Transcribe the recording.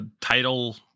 title